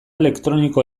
elektroniko